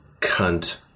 cunt